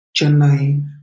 Chennai